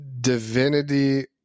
divinity